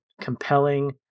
compelling